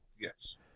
Yes